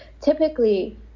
typically